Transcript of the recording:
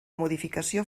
modificació